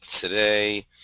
today